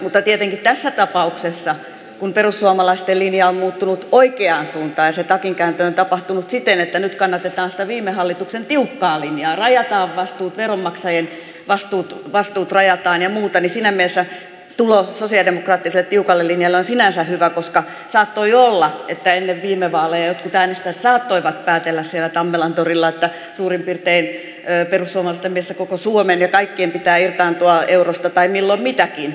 mutta tietenkin tässä tapauksessa kun perussuomalaisten linja on muuttunut oikeaan suuntaan ja se takinkääntö on tapahtunut siten että nyt kannatetaan sitä viime hallituksen tiukkaa linjaa veronmaksajien vastuut rajataan ja muuta niin siinä mielessä tulo sosialidemokraattiselle tiukalle linjalle on sinänsä hyvä koska saattoi olla että ennen viime vaaleja jotkut äänestäjät päättelivät siellä tammelantorilla että perussuomalaisten mielestä suurin piirtein koko suomen ja kaikkien pitää irtaantua eurosta tai milloin mitäkin